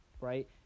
right